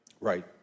Right